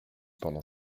pendant